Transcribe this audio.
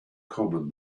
common